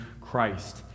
Christ